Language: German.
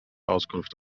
auskunft